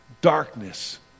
Darkness